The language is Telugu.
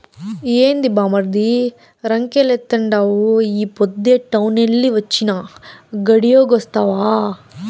ఏంది బామ్మర్ది రంకెలేత్తండావు ఈ పొద్దే టౌనెల్లి వొచ్చినా, గడియాగొస్తావా